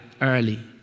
early